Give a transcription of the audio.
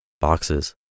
Boxes